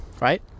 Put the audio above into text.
right